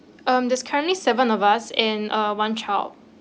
um there's currently seven of us and uh one child